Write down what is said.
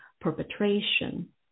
perpetration